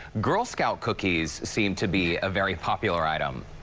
girl scout cookies seem to be a very popular item.